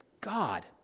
God